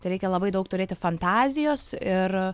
tai reikia labai daug turėti fantazijos ir